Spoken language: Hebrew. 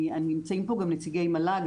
נמצאים פה גם נציגי מל"ג,